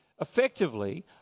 effectively